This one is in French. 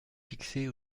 fixer